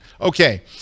Okay